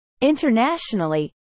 Internationally